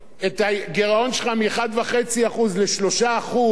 את הגירעון שלך מ-1.5% ל-3%?